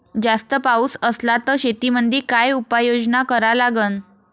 जास्त पाऊस असला त शेतीमंदी काय उपाययोजना करा लागन?